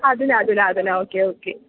अधुना अधुना अधुना ओके ओके